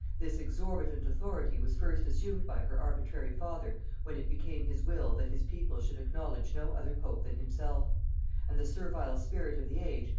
this exorbitant authority was first assumed by her arbitrary father when it became his will that his people should acknowledge no other pope than himself and the servile spirit of the age,